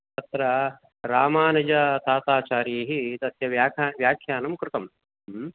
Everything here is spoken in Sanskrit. तत्र रामानुजताताचार्यैः तस्य व्याख्या व्याख्यानं कृतम् ह्म्